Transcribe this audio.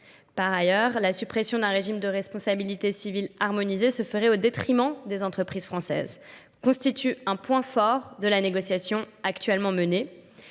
Par ailleurs, la suppression d'un régime de responsabilité civile harmonisé se ferait au détriment des entreprises françaises. Constitue un point fort de la négociation actuellement menée.